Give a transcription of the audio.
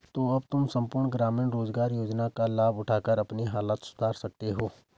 तो अब तुम सम्पूर्ण ग्रामीण रोज़गार योजना का लाभ उठाकर अपनी हालत सुधार सकते हो